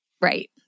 Right